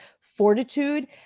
fortitude